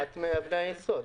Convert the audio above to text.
זה אחת מאבני היסוד.